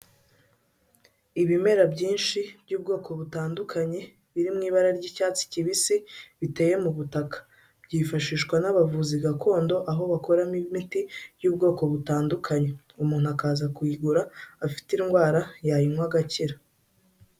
Ibimera byinshi by'ubwoko butandukanye, biri mu ibara ry'icyatsi kibisi, biteye mu butaka, byifashishwa n'abavuzi gakondo, aho bakoramo imiti y'ubwoko butandukanye, umuntu akaza kuyigura afite indwara, yayinywa agakira.